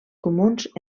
comuns